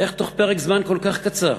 איך תוך פרק זמן כל כך קצר,